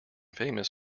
famous